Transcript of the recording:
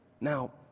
Now